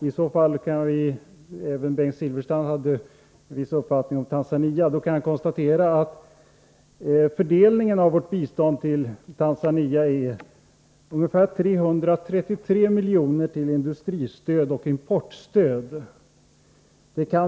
Herr talman! Även Bengt Silfverstrand framförde en viss uppfattning om Tanzania. Jag kan konstatera att fördelningen av vårt bistånd till Tanzania är ungefär 333 milj.kr. till industristöd och importstöd.